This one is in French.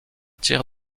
tir